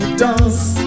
dance